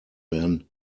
werden